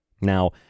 Now